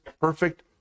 perfect